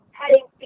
heading